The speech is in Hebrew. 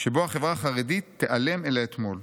שבו החברה החרדית תיעלם אל האתמול.